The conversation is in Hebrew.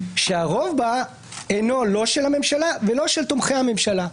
שהרוב בה אינו לא של הממשלה ולא של תומכי הממשלה".